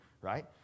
right